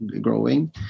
growing